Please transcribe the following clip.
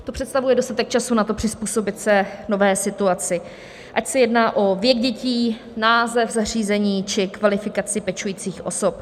To představuje dostatek času na to, přizpůsobit se nové situaci, ať se jedná o věk dětí, název zařízení či kvalifikaci pečujících osob.